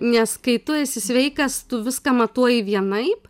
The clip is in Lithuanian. nes kai tu esi sveikas tu viską matuoji vienaip